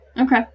Okay